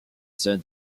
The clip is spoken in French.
sein